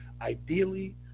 Ideally